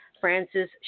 Francis